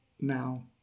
now